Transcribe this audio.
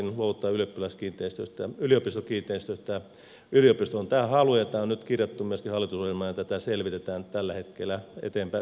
yliopistoilla on tämä halu ja tämä on nyt kirjattu myöskin hallitusohjelmaan ja tätä selvitetään tällä hetkellä eteenpäin viedään asiaa